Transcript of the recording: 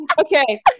Okay